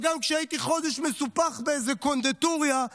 אבל גם כשהייתי חודש מסופח באיזו קונדיטוריה,